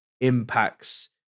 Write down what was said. impacts